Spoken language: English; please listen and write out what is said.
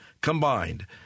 combined